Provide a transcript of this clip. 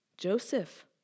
Joseph